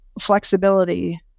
flexibility